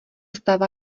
stává